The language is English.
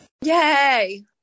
Yay